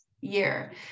year